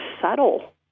subtle